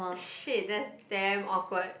shit that's damn awkward